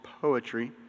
poetry